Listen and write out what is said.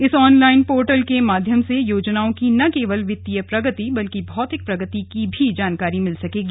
इस online portal के माध्यम से योजनाओं की न केवल वित्तीय प्रगति बल्कि भौतिक प्रगति की जानकारी भी मिल सकेगी